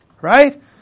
Right